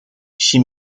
she